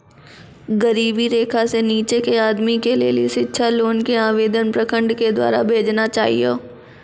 गरीबी रेखा से नीचे के आदमी के लेली शिक्षा लोन के आवेदन प्रखंड के द्वारा भेजना चाहियौ?